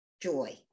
joy